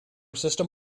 system